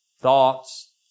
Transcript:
thoughts